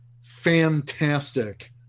fantastic